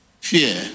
Fear